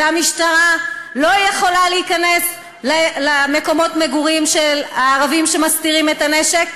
והמשטרה לא יכולה להיכנס למקומות מגורים של הערבים שמסתירים את הנשק,